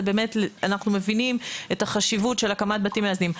אנחנו מבינים את החשיבות של הקמת בתים מאזנים,